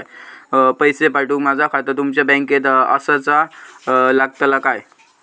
पैसे पाठुक माझा खाता तुमच्या बँकेत आसाचा लागताला काय?